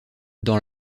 dans